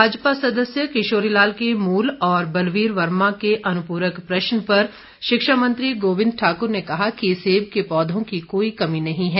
भाजपा सदस्य किशोरी लाल के मूल और बलवीर वर्मा के अनुपूरक प्रश्न पर शिक्षा मंत्री गोविंद ठाकुर ने कहा कि सेब के पौधों की कोई कमी नहीं है